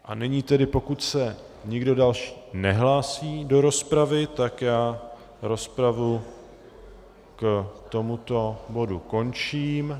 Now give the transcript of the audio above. A nyní tedy, pokud se nikdo další nehlásí do rozpravy, tak já rozpravu k tomuto bodu končím.